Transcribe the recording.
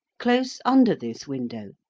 close under this window,